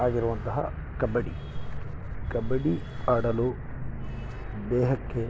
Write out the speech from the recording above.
ಆಗಿರುವಂತಹ ಕಬಡ್ಡಿ ಕಬಡ್ಡಿ ಆಡಲು ದೇಹಕ್ಕೆ